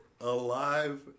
Alive